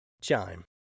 Chime